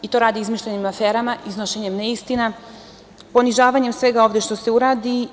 To rade izmišljenim aferama, iznošenjem neistina, ponižavanjem svega ovde što se uradi.